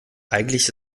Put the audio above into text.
eigentlich